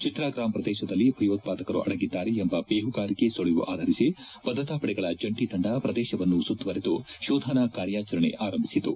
ಚಿತ್ರಾಗಾಂ ಪ್ರದೇಶದಲ್ಲಿ ಭಯೋತ್ಪಾದಕರು ಅಡಗಿದ್ದಾರೆ ಎಂಬ ಬೇಹುಗಾರಿಕೆ ಸುಳವು ಆಧರಿಸಿ ಭದ್ರತಾ ಪಡೆಗಳ ಜಂಟ ತಂಡ ಪ್ರದೇಶವನ್ನು ಸುತ್ತುವರೆದು ಶೋಧನಾ ಕಾರ್ಯಾಚರೆಣೆ ಆರಂಭಿಸಿತು